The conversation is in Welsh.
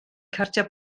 cardiau